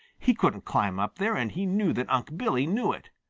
he couldn't climb up there, and he knew that unc' billy knew it.